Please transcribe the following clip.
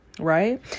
Right